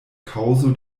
kaŭzo